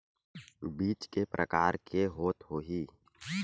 बीज के प्रकार के होत होही?